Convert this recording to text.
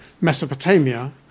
Mesopotamia